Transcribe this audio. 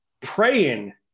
praying